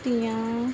ਦੀਆਂ